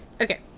Okay